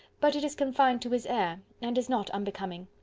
but it is confined to his air, and is not unbecoming.